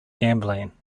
gambling